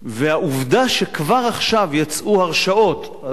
והעובדה שכבר עכשיו יצאו הרשאות, היושב-ראש,